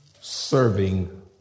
serving